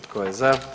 Tko je za?